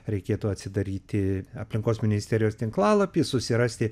reikėtų atsidaryti aplinkos ministerijos tinklalapį susirasti